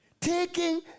taking